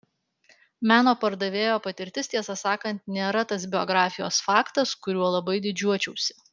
meno pardavėjo patirtis tiesą sakant nėra tas biografijos faktas kuriuo labai didžiuočiausi